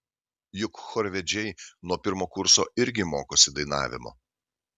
juk chorvedžiai nuo pirmo kurso irgi mokosi dainavimo